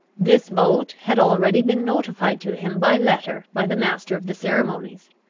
this vote had already been notified to him by letter by the master of the ceremonies,